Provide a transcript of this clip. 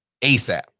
ASAP